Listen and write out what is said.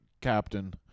captain